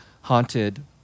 haunted